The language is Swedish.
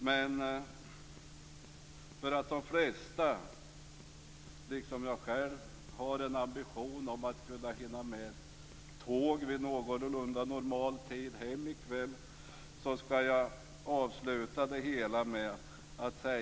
Men eftersom de flesta, liksom jag själv, har en ambition att kunna hinna med tåg vid någorlunda normal tid hem i kväll skall jag avsluta med att säga följande.